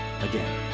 again